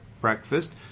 breakfast